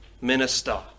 minister